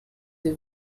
they